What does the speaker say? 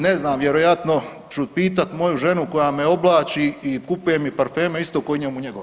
Ne znam vjerojatno ću pitati moju ženu koja me oblači i kupuje mi parfeme isto kao i njemu njegova.